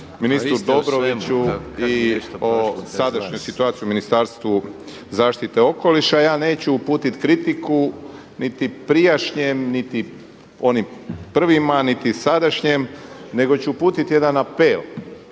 ministru Dobroviću i o sadašnjoj situaciji u Ministarstvu zaštite okoliša. Ja neću uputit kritiku niti prijašnjem, niti onim prvima, niti sadašnjem nego ću uputit jedan apel